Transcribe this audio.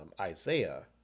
Isaiah